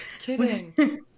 Kidding